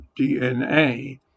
DNA